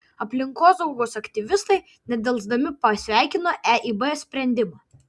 aplinkosaugos aktyvistai nedelsdami pasveikino eib sprendimą